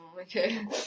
Okay